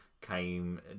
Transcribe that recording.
came